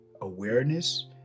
awareness